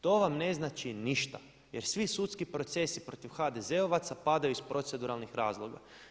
To vam ne znači ništa, jer svi sudski procesi protiv HDZ-ovaca padaju iz proceduralnih razloga.